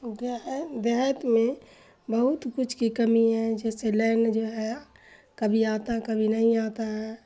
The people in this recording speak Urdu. دیہات میں بہت کچھ کی کمی ہے جیسے لینگ جو ہے کبھی آتا ہے کبھی نہیں آتا ہے